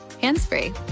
hands-free